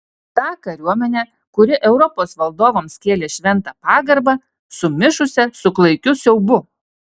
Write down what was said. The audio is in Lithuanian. tą kariuomenę kuri europos valdovams kėlė šventą pagarbą sumišusią su klaikiu siaubu